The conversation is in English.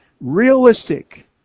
realistic